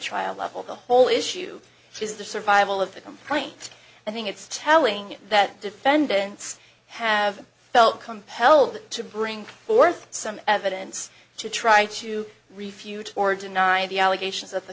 trial level the whole issue is the survival of the complaint i think it's telling that defendants have felt compelled to bring forth some evidence to try to refute or deny the allegations of the